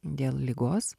dėl ligos